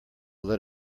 let